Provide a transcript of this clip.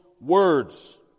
words